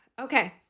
Okay